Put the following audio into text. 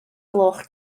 gloch